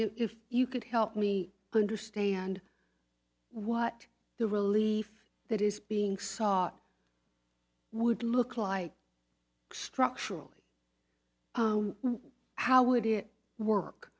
if you could help me understand what the relief that is being sought would look like structurally how would you work